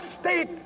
state